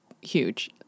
huge